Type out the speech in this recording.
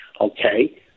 Okay